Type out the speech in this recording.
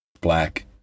black